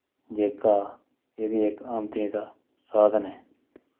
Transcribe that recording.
जेह्का ऐह् बी इक औंदनी दा साधन ऐ